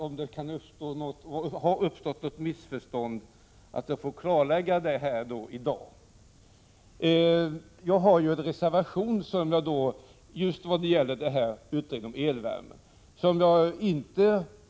Om det har uppstått något missförstånd, är det bra att jag får undanröja det i dag. Jag har en reservation som just gäller elvärme.